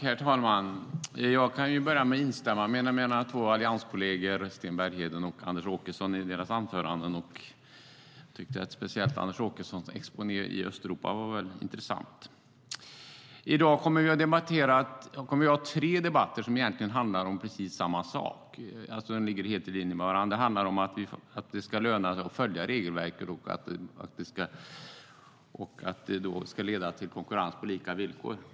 Herr talman! Jag börjar med att instämma i mina två allianskolleger Sten Berghedens och Anders Åkessons anföranden. Speciellt tyckte jag att Anders Åkessons exponering av Östeuropa var väldigt intressant. I dag kommer vi att ha tre debatter som egentligen handlar om precis samma sak. De handlar om att det ska löna sig att följa regelverket och att detta ska leda till konkurrens på lika villkor.